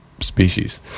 species